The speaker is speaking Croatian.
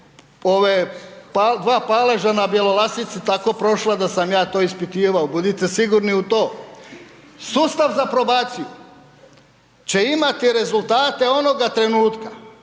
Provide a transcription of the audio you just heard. dva paleža na Bjelolasici tako prošla da sam ja to ispitivao, budite sigurni u to. Sustav za probaciju će imati rezultate onoga trenutka